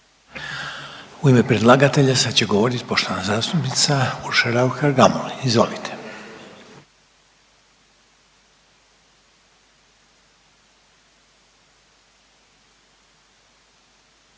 U ime predlagatelja sad će govoriti poštovani zastupnik Bojan Glavašević. Izvolite.